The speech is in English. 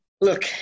Look